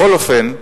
בכל אופן,